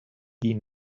die